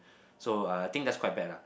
so I think that's quite bad lah